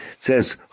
says